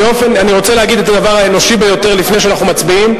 אני רוצה להגיד את הדבר האנושי ביותר לפני שאנחנו מצביעים,